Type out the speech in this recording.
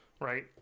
right